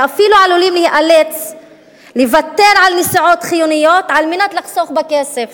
ואפילו עלולים להיאלץ לוותר על נסיעות חיוניות על מנת לחסוך בכסף.